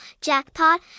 Jackpot